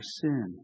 sin